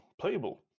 playable